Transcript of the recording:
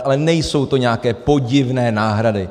Ale nejsou to nějaké podivné náhrady!